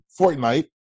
Fortnite